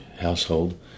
household